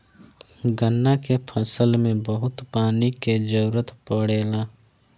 गन्ना के फसल में बहुत पानी के जरूरत पड़ेला